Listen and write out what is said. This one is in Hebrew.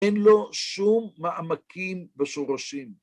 אין לו שום מעמקים בשורשים.